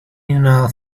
mean